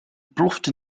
plofte